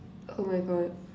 oh my God